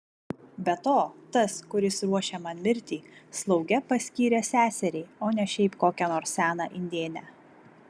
be to tas kuris ruošia man mirtį slauge paskyrė seserį o ne šiaip kokią nors seną indėnę